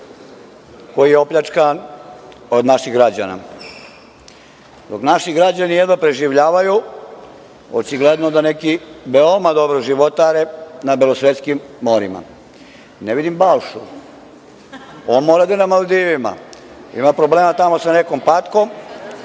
koji je opljačkan od naših građana. Dok naši građani jedva preživljavaju očigledno da neki veoma dobro životare na belosvetskim morima. Ne vidim Balšu, mora da je na Maldivima, ima problema tamo sa nekom patkom